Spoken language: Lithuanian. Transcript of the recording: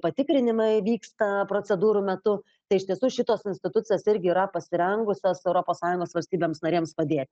patikrinimai vyksta procedūrų metu tai iš tiesų šitos institucijos irgi yra pasirengusios europos sąjungos valstybėms narėms padė